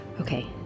Okay